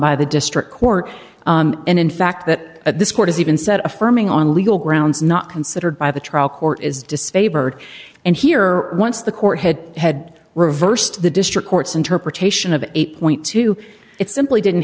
by the district court and in fact that this court is even set affirming on legal grounds not considered by the trial court is disfavored and here once the court had had reversed the district court's interpretation of eight point two it simply didn't